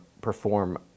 perform